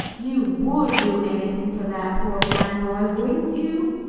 you would do anything for that poor blind boy, wouldn't you?